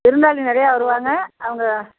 விருந்தாளி நிறையா வருவாங்க அவங்க